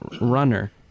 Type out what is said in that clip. runner